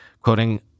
quoting